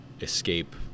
escape